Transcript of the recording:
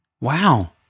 wow